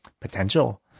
potential